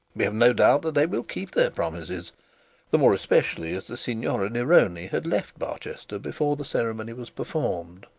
we have no doubt that they will keep their promises the more especially as the signora neroni had left barchester before the ceremony was performed.